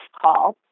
call